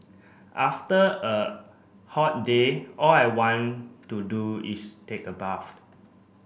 after a hot day all I want to do is take a bath